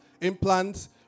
Implants